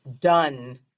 done